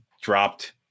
dropped